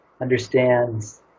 understands